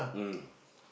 mm